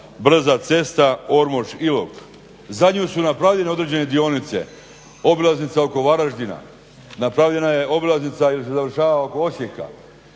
brza cesta Ormoš-Ilok. Za nju su napravljene određene dionice, obilaznica oko Varaždina, napravljena je obilaznica … Osijeka,